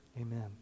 Amen